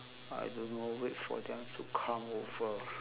I don't know wait for them to come over